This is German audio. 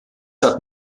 hat